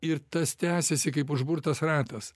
ir tas tęsiasi kaip užburtas ratas